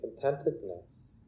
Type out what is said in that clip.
contentedness